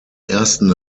ersten